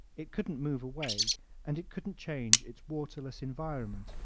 it couldn't move away and it couldn't change its waterless environment,